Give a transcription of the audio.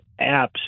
apps